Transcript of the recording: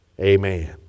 Amen